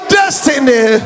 destiny